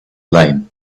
lame